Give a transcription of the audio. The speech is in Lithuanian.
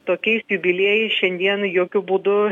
tokiais jubiliejais šiandien jokiu būdu